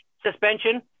suspension